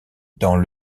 dans